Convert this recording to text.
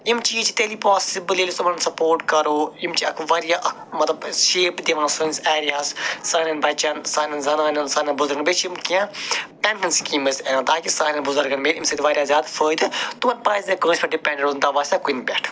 یِم چیٖز چھِ تیٚلی پاسِبٕل ییٚلہِ أسۍ یِمن سَپوٹ کَرو یِم چھِ اکھ وارِیاہ اکھ مطلب اَسہِ شیپ دِوان سٲنِس ایرِیاہس سانٮ۪ن بچن سانٮ۪ن زنانن سانٮ۪ن بُزرگن بیٚیہِ چھِ یِم کیٚنٛہہ ٹٮ۪نٛڈن سِکیٖمٕز تاکہِ سانٮ۪ن بُزرگن مِلہِ اَمہٕ سۭتۍ وارِیاہ زیادٕ فٲیدٕ تِمن پزِ نہٕ کٲنٛسہِ پٮ۪ٹھ ڈِپٮ۪نٛڈ روزُن تَواسہ کُنہِ پٮ۪ٹھ